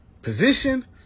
Position